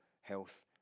health